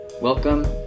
Welcome